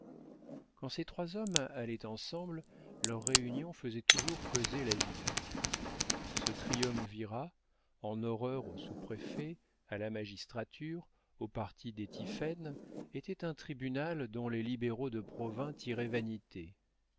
quand ces trois hommes allaient ensemble leur réunion faisait toujours causer la ville ce triumvirat en horreur au sous-préfet à la magistrature au parti des tiphaine était un tribunat dont les libéraux de provins tiraient vanité